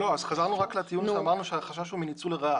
אז חזרנו רק לטיעון שאמרנו שהחשש הוא מניצול לרעה.